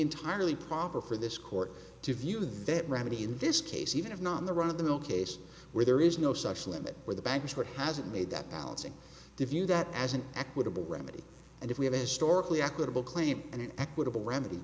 entirely proper for this court to view that remedy in this case even if not in the run of the mill case where there is no such limit where the banks were hasn't made that balancing the view that as an equitable remedy and if we have a historically accurate claim and an equitable remed